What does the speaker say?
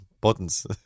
buttons